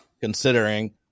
considering